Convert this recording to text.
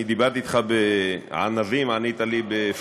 אני דיברתי אתך בענבים, ענית לי בפולים.